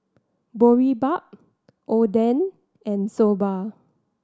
Boribap Oden and Soba